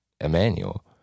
Emmanuel